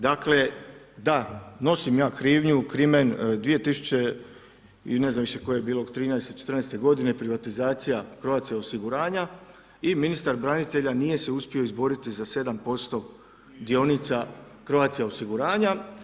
Dakle, da, nosim ja krivnju, krimen, 2000. i ne znam više koje je bilo '13.-te, '14. godine privatizacija Croatia osiguranja i ministar branitelja nije se uspio izboriti za 7% dionica Croatia osiguranja.